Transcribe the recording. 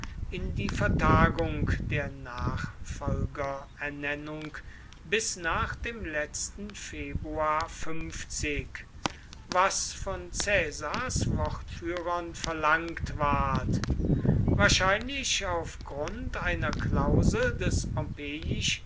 in die vertagung der nachfolgerernennung bis nach dem letzten februar was von caesars wortführern verlangt ward wahrscheinlich auf grund einer klausel des